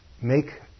make